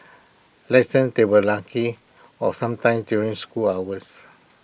lessons they were lucky or sometime during school hours